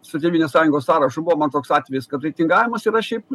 su tėvynės sąjungos sąrašu buvo man toks atvejis kad reitingavimas yra šiaip